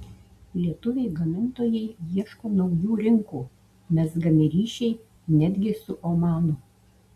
lietuviai gamintojai ieško naujų rinkų mezgami ryšiai netgi su omanu